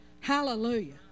Hallelujah